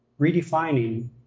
Redefining